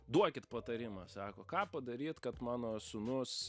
duokit patarimą sako ką padaryt kad mano sūnus